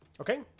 Okay